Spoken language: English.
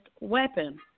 weapon